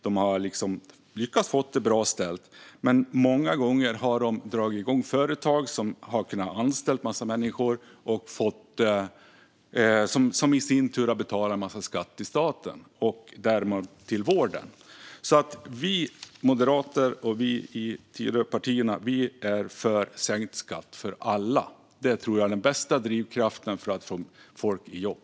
De har lyckats få det bra ställt. Många gånger har de dragit igång företag som har kunnat anställa en massa människor som i sin tur har betalat en massa skatt till staten och därmed till vården. Vi moderater - och Tidöpartierna - är för sänkt skatt för alla. Det tror jag är den bästa drivkraften för att få folk i jobb.